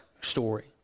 story